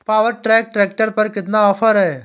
Power track tractor पर कितना offer है?